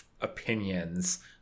opinions